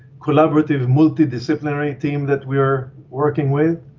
collaborative multidisciplinary team that we are working with,